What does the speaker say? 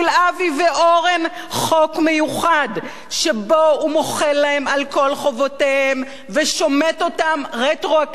ואורן חוק מיוחד שבו הוא מוחל להם על כל חובותיהם ושומט אותם רטרואקטיבית.